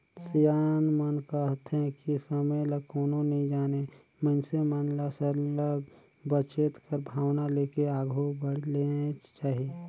सियान मन कहथें कि समे ल कोनो नी जानें मइनसे मन ल सरलग बचेत कर भावना लेके आघु बढ़नेच चाही